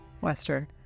Western